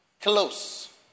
Close